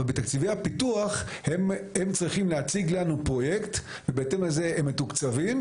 אבל בתקציבי הפיתוח הם צריכים להציג לנו פרויקט ובהתאם לזה הם מתוקצבים,